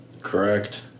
Correct